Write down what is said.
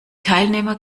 teilnehmer